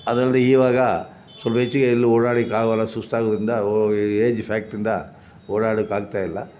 ಅದಲ್ಲದೇ ಇವಾಗ ಸ್ವಲ್ಪ ಹೆಚ್ಚಿಗೆ ಎಲ್ಲೂ ಓಡಾಡ್ಲಿಕ್ಕಾಗೋಲ್ಲ ಸುಸ್ತಾಗೋದರಿಂದ ಒ ಏಜ್ ಫ್ಯಾಕ್ಟಿಂದ ಓಡಾಡೋಕ್ಕಾಗ್ತಾಯಿಲ್ಲ